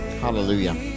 Hallelujah